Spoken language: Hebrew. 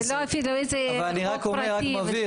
אבל אני רק מבהיר,